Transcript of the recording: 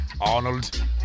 Arnold